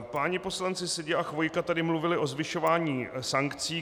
Páni poslanci Seďa a Chvojka tady mluvili o zvyšování sankcí.